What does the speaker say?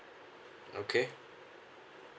okay